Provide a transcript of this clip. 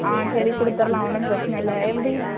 ஆ சரி கொடுத்துர்லாம் ஒன்றும் பிரச்சனை இல்லை எப்படி